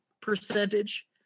percentage